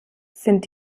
sind